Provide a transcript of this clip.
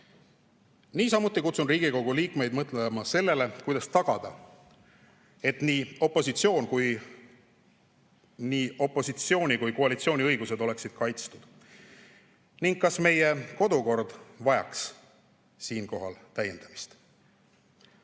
Niisamuti kutsun Riigikogu liikmeid mõtlema sellele, kuidas tagada, et nii opositsiooni kui ka koalitsiooni õigused oleksid kaitstud, ning kas meie kodukord vajaks siinkohal täiendamist.